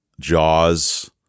jaws